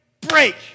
break